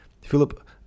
Philip